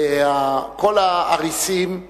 כל האריסים,